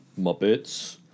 Muppets